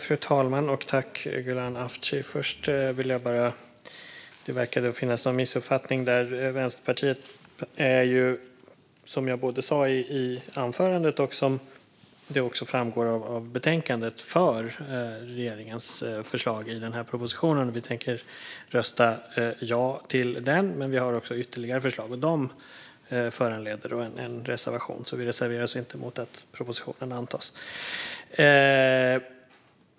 Fru talman! Det verkar vara någon missuppfattning. Vänsterpartiet är, som jag sa i anförandet och som också framgår av betänkandet, för regeringens förslag i propositionen. Vi tänker rösta ja till den. Men vi har också ytterligare förslag, och de föranleder en reservation. Vi reserverar oss alltså inte mot att propositionen antas.